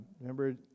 remember